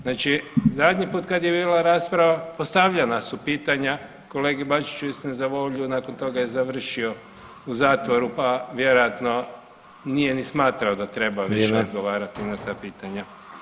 Znači, zadnji put kad je bila rasprava postavljanja su pitanja kolegi Bačiću istini za volju nakon toga je završio u zatvoru pa vjerojatno nije ni smatrao da treba više odgovarati [[Upadica: Vrijeme.]] na ta pitanja.